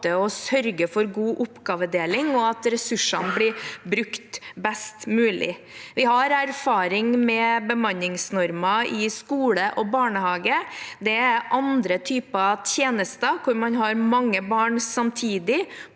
å sørge for god oppgavedeling og at ressursene blir brukt best mulig. Vi har erfaring med bemanningsnormer i skole og barnehage. Det er andre typer tjenester hvor man har mange barn samtidig,